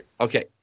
okay